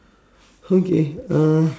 okay uh